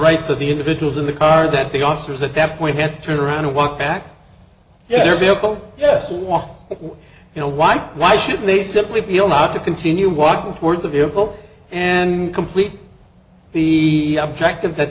rights of the individuals in the car that the officers at that point had to turn around and walk back to their vehicle to walk you know why why should they simply be allowed to continue walking towards the vehicle and complete the objective that